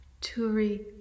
Turi